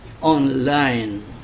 online